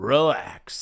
Relax